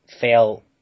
fail